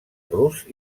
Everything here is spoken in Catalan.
rus